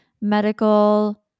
medical